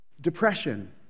Depression